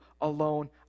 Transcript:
alone